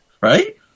Right